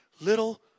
little